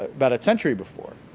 about a century before.